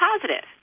positive